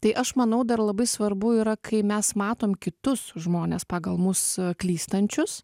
tai aš manau dar labai svarbu yra kai mes matom kitus žmones pagal mus klystančius